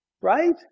Right